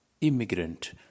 immigrant